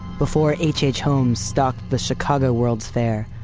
before h h. holmes stalked the chicago world's fair,